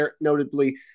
notably